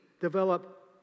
develop